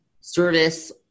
service